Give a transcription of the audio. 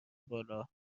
بالا